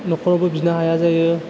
नख'रावबो बिनो हाया जायो